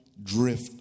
Drift